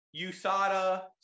USADA